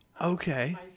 Okay